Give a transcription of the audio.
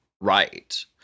right